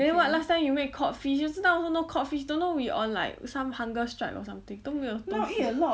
then what last time you make what cod fish you see now also no cod fish don't know we on like some hunger strike or something 都没有东西